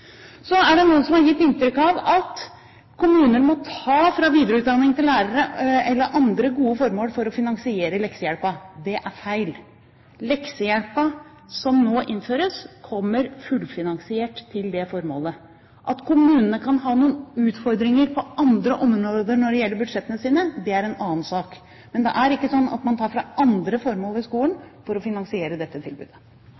Så er det noen som har gitt inntrykk av at kommuner må ta midler fra videreutdanning til lærere eller andre gode formål for å finansiere leksehjelpen. Det er feil. Leksehjelpen som nå innføres, kommer fullfinansiert til det formålet. At kommunene kan ha noen utfordringer på andre områder når det gjelder budsjettene sine, er en annen sak. Men det er ikke sånn at man tar fra andre formål i